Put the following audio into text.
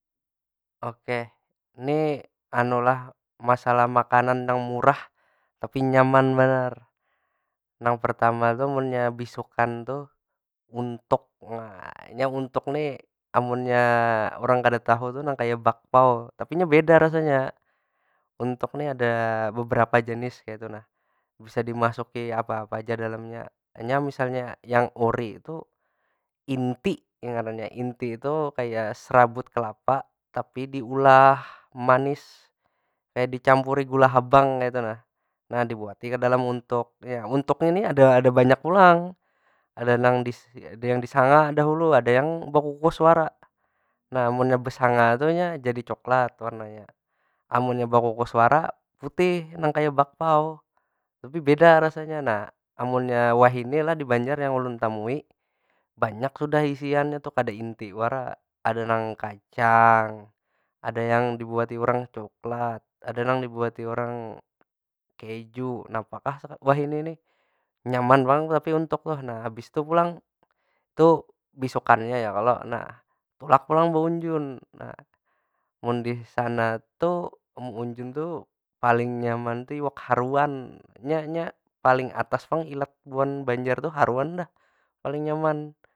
Okeh, ni anu lah masalah makanan nang murah tapi nyaman banar. Nang pertama tu munnya beisukan tuh, untug. nya untug nih, amunnya urang kada tahu tu nang kaya bakpau, tapi nya beda rasanya. Untug ni ada beberapa jenis kaytu nah. Bisa dimasuki apa- apa aja dalamnya. Nya misalnya yang ori tu, inti ngarannya. Inti tu kaya serabut kelapa tapi diulah manis. Kaya dicampuri gula habang kaytu nah. Nah dibuati ke dalam untug. Nya untug ini ada- ada banyak pulang. Ada nang di disanga dahulu, ada yang bakukus wara. Nah, munnya besanga tu nya jadi coklat warnanya. Amunnya bekukus wara, putih nang kaya bakpao. Tapi beda rasanya. Nah, amunnya wahini lah di banjar yang ulun temui banyak sudah isiannya tu, kada inti wara. Ada nang kacang, ada yang dibuati urang coklat. ada nang dibuati urang keju, napa kah wahini nih nyaman banar tapi untug tu. Nah, habis tu pulang tu beisukannya ya kalo, tulang pulang baunjun. Nah, mun di sana tu meunjun tu paling nyaman tu iwak haruan. Nya- nya paling atas pang ilat buhan banjar tu haruan dah, paling nyaman.